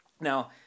Now